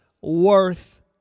worth